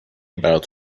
برات